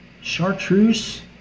Chartreuse